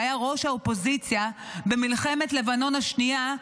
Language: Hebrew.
שהיה ראש האופוזיציה במלחמת לבנון השנייה,